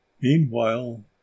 Meanwhile